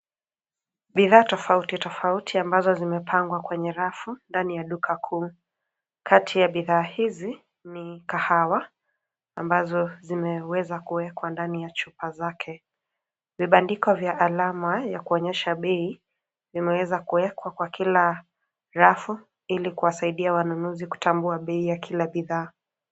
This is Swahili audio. Bidhaa tofauti tofauti ambazo zimepangwa kwenye rafu ndani ya duka kuu, kati ya bidhaa hizi ni kahawa ambazo zimeweza kuwekwa ndani ya chupa zake. Vibandiko vya alama ya kuonyesha bei zimeweza kuwekwa kwa kila rafu ili kuwasaidia wanunuzi kutambua bei ya kila bidhaa.